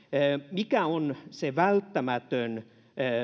mikä on se välttämätön